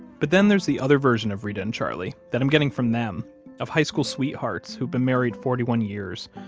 but then there's the other version of reta and charlie that i'm getting from them of high school sweethearts who've been married forty one years,